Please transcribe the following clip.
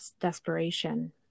desperation